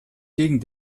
gegen